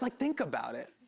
like think about it.